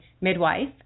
midwife